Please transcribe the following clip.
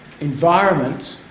environment